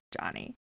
Johnny